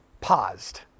paused